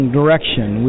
direction